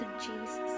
Jesus